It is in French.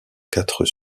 quatre